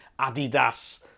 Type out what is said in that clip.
Adidas